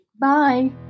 bye